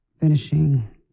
finishing